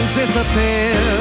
disappear